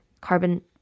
carbon